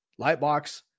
Lightbox